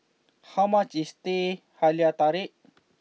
how much is Teh Halia Tarik